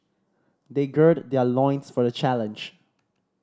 they gird their loins for the challenge